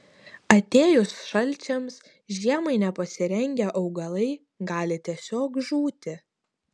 atėjus šalčiams žiemai nepasirengę augalai gali tiesiog žūti